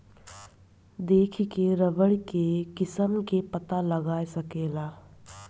देखिए के रबड़ के किस्म के पता लगा सकेला